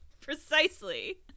Precisely